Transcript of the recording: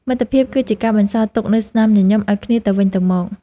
មិត្តភាពគឺជាការបន្សល់ទុកនូវស្នាមញញឹមឱ្យគ្នាទៅវិញទៅមក។